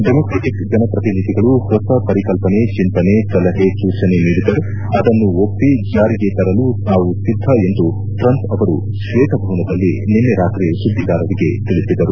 democratic ಜನಪ್ರತಿನಿಧಿಗಳು ಹೊಸ ಪರಿಕಲ್ಪನೆ ಚಿಂತನೆ ಸಲಹೆ ಸೂಚನೆ ನೀಡಿದರೆ ಅದನ್ನು ಒಪ್ಪಿ ಜಾರಿಗೆ ತರಲು ತಾವು ಸಿದ್ಧ ಎಂದು ಟ್ರಂಪ್ ಅವರು ಶ್ವೇತಭವನದಲ್ಲಿ ನಿನ್ನೆ ರಾತ್ರಿ ಸುದ್ದಿಗಾರರಿಗೆ ತಿಳಿಸಿದರು